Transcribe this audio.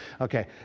Okay